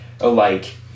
alike